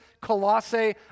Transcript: Colossae